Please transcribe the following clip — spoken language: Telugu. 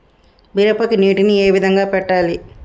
మిరపకి నీటిని ఏ విధంగా పెట్టాలి?